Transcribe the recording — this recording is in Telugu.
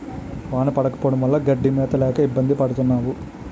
వాన పడకపోవడం వల్ల గడ్డి మేత లేక ఇబ్బంది పడతన్నావు